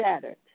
shattered